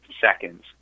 seconds